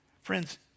Friends